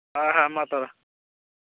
ᱦᱮᱸ ᱦᱮᱸ ᱢᱟ ᱛᱚᱵᱮ